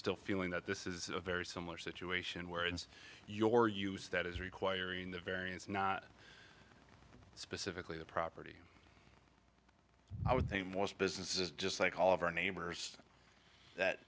still feeling that this is a very similar situation where it's your use that is requiring the variance not specifically the property i would think most business is just like all of our neighbors that